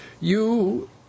You